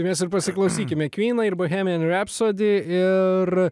mes ir pasiklausykime kmynai ir bohemijos rapsodija ir